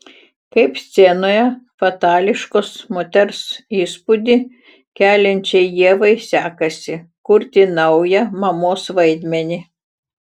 kaip scenoje fatališkos moters įspūdį keliančiai ievai sekasi kurti naują mamos vaidmenį